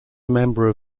member